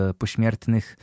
pośmiertnych